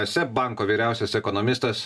seb banko vyriausias ekonomistas